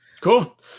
Cool